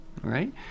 right